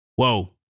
Whoa